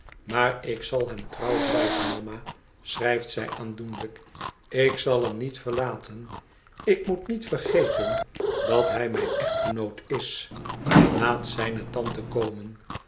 maar ik zal hem trouw blijven mama schrijft zij aandoenlijk lik zal hem niet verlaten ik moet niet vergeten dat hij mijn echtgenoot is laat zijne tante komen